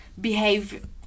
behave